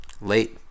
Late